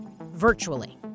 virtually